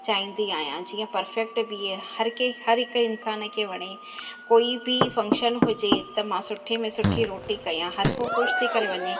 चाहींदी आहियां जीअं परफेक्ट बीहे हर कंहिं हर हिकु इंसान खे वणे कोई बि फंक्शन हुजे त मां सुठे में सुठी रोटी कयां हर को ख़ुशि थी करे वञे